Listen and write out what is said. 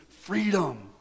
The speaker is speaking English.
freedom